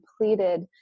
completed